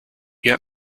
yet